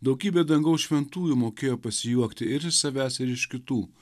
daugybė dangaus šventųjų mokėjo pasijuokti ir iš savęs ir iš kitų